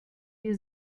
wir